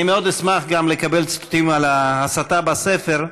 מאוד אשמח גם לקבל ציטוטים על ההסתה בספר,